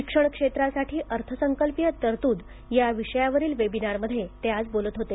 शिक्षण क्षेत्रासाठी अर्थसंकल्पीय तरतूद या विषयावरील वेबिनारमध्ये ते आज बोलत होते